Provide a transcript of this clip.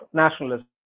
nationalism